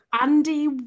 Andy